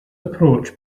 approach